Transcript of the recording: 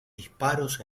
disparos